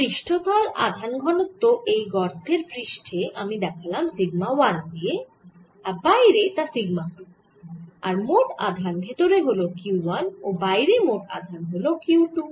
পৃষ্ঠতল আধান ঘনত্ব এই গর্তের পৃষ্ঠে আমি দেখালাম সিগমা 1 দিয়ে আর বাইরে তা সিগমা 2 আর মোট আধান ভেতরে হল Q 1 ও বাইরে মোট আধান হল Q 2